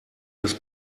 das